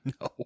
No